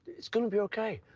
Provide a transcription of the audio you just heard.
it's going to be ok.